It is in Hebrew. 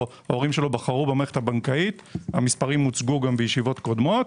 ההורים שלו בחרו במערכת הבנקאית המספרים הוצגו בישיבות קודמות.